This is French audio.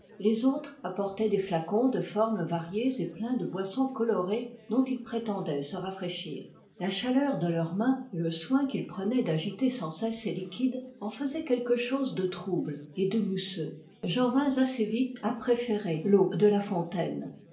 les autres apportaient des flacons de formes variées et pleins de boissons colorées dont ils prétendaient se rafraîchir la chaleur de leurs mains et le soin qu'ils prenaient d'agiter sans cesse ces liquides en faisait quelque chose de trouble et de mousseux j'en vins assez vite à préférer l'eau de la fontaine